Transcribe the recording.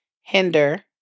hinder